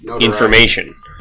information